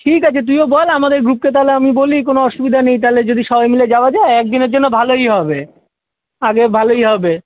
ঠিক আছে তুইও বল আমাদের গ্রূপকে তালে আমি বলি কোনও অসুবিধা নেই তালে যদি সবাই মিলে যাওয়া যায় একদিনের জন্য ভালোই হবে আগে ভালোই হবে